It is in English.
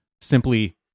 simply